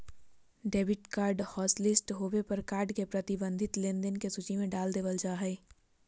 debit card hotlist होबे पर card के प्रतिबंधित लेनदेन के सूची में डाल देबल जा हय